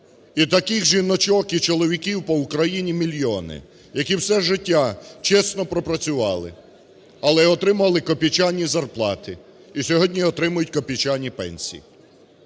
І таких жіночок, і чоловіків по Україні мільйони, які все життя чесно пропрацювали, але отримали копійчані зарплати і сьогодні отримують копійчані пенсії.